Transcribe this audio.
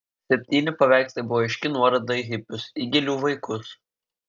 septyni paveikslai buvo aiški nuoroda į hipius į gėlių vaikus